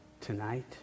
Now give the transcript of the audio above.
tonight